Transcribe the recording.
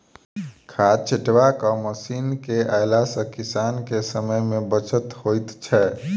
खाद छिटबाक मशीन के अयला सॅ किसान के समय मे बचत होइत छै